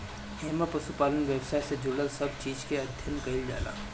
एमे पशुपालन व्यवसाय से जुड़ल सब चीज के अध्ययन कईल जाला